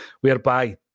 whereby